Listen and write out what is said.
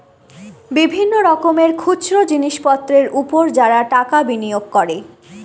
বিভিন্ন রকমের খুচরো জিনিসপত্রের উপর যারা টাকা বিনিয়োগ করে